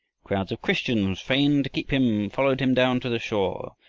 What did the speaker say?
crowds of christians, fain to keep him, followed him down to the shore,